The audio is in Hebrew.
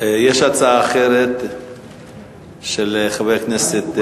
יש הצעה אחרת של חבר הכנסת,